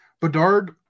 Bedard